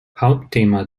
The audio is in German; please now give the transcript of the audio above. hauptthema